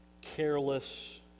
careless